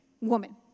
woman